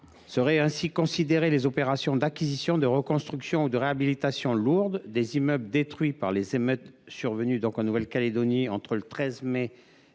Seront ainsi visées les opérations d’acquisition, de reconstruction ou de réhabilitation lourde des immeubles détruits par les émeutes survenues en Nouvelle Calédonie entre le 13 mai et le 31 août